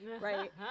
right